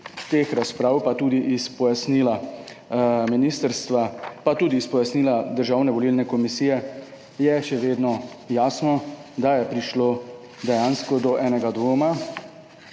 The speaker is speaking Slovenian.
teh razprav, pa tudi iz pojasnila ministrstva pa tudi iz pojasnila Državne volilne komisije je še vedno jasno, da je prišlo dejansko do enega dvoma